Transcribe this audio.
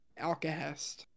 alcahest